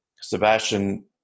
sebastian